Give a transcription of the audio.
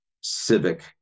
civic